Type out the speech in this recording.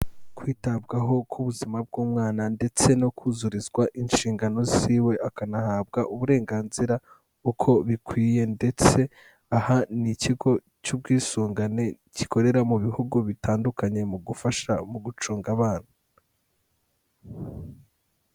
Kwitabwaho k'ubuzima bw'umwana ndetse no kuzurizwa inshingano ziwe akanahabwa uburenganzira uko bikwiye ndetse aha ni ikigo cy'ubwisungane gikorera mu bihugu bitandukanye mu gufasha mu gucunga abana.